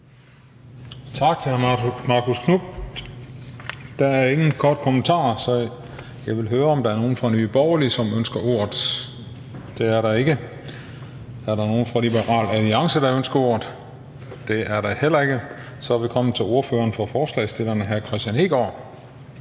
Tak til hr. Marcus Knuth. Der er ingen korte bemærkninger, så jeg vil høre, om der er nogen fra Nye Borgerlige, som ønsker ordet. Det er der ikke. Er der nogen fra Liberal Alliance, der ønsker ordet? Det er der heller ikke. Så er vi kommet til ordføreren for forslagsstillerne, hr. Kristian Hegaard.